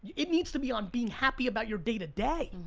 it needs to be on being happy about your day to day.